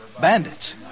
Bandits